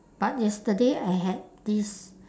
but yesterday I had this